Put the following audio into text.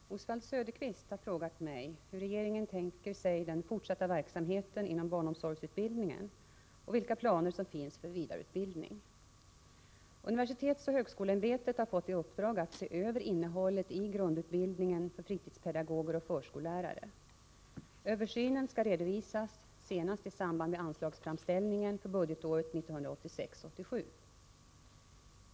Herr talman! Oswald Söderqvist har frågat mig hur regeringen tänker sig den fortsatta verksamheten inom barnomsorgsutbildningen och vilka planer som finns för vidareutbildning. Universitetsoch högskoleämbetet har fått i uppdrag att se över innehållet i grundutbildningen för fritidspedagoger och förskollärare. Översynen skall redovisas senast i samband med anslagsframställningen för budgetåret 1986/87.